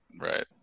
Right